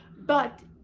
but,